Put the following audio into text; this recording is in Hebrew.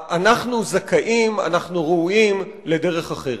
אנחנו זכאים, אנחנו ראויים לדרך אחרת.